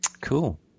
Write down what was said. Cool